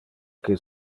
que